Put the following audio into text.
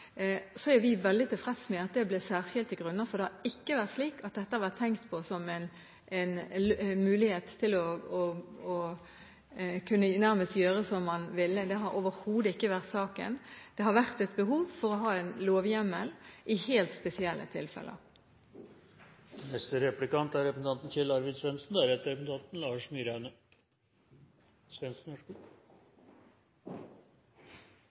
Så er vi veldig tilfreds med at det ble «særskilte grunner», for det har ikke vært slik at dette har vært tenkt på som en mulighet til å kunne gjøre nærmest som man ville. Det har overhodet ikke vært saken. Det har vært et behov for å ha en lovhjemmel i helt spesielle tilfeller.